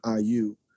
IU